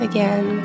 Again